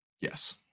Yes